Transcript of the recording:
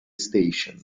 station